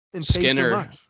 Skinner